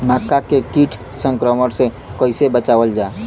मक्का के कीट संक्रमण से कइसे बचावल जा?